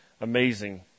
amazing